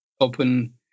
open